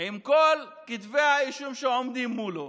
עם כל כתבי האישום שעומדים מולו,